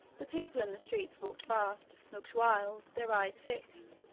the people in the streets walked fast, looked wild, their eyes fixed,